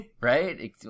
Right